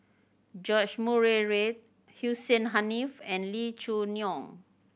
George Murray Reith Hussein Haniff and Lee Choo Neo